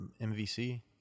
MVC